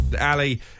Ali